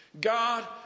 God